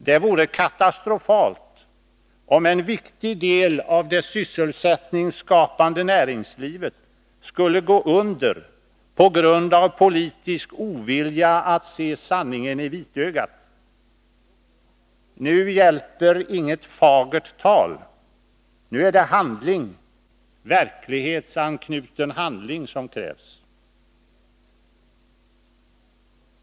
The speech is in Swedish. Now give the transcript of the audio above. Det vore katastrofalt om en viktig del av det sysselsättningsskapande näringslivet skulle gå under på grund av politisk ovilja att se sanningen i vitögat. Nu hjälper inget fagert tal — nu är det handling, verklighetsanknuten handling, som krävs.